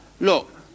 look